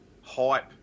hype